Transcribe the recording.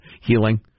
healing